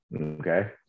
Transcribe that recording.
okay